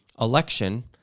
election